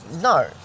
No